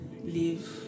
leave